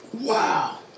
Wow